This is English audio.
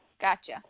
gotcha